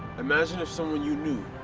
imagine if someone you knew,